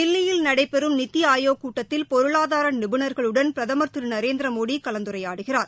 தில்லியில் நடைபெறும் நித்தி ஆயோக் கூட்டத்தில் பொருளாதார நிபுணர்களுடன் பிரதமர் திரு நரேந்திர மோடி கலந்துரையாடுகிறார்